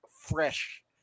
fresh